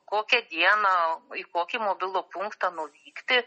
kokią dieną į kokį mobilų punktą nuvykti